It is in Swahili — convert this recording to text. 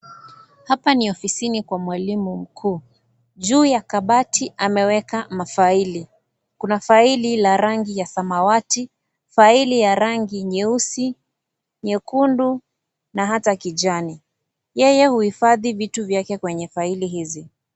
Hapa ni ofisini kwa mwalimu mkuu. Juu ya kabati ameweka mafaili. Kuna faili ya rangi ya samawati, faili ya rangi nyeusi, nyekundu na hata kijani. Yeye huhifadhi vitu vyake kwenye faili hizi.